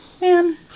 man